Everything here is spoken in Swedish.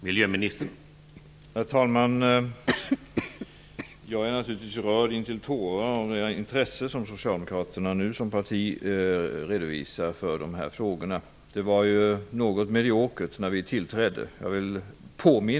Herr talman! Jag är naturligtvis rörd intill tårar över det intresse som Socialdemokraterna som parti nu visar för de här frågorna. Det intresset var något mediokert när den borgerliga regeringen tillträdde.